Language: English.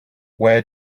where